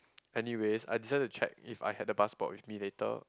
anyways I decided to check if I had the passport with me later